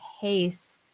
case